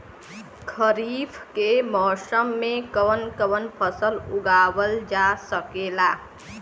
खरीफ के मौसम मे कवन कवन फसल उगावल जा सकेला?